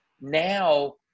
now